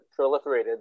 proliferated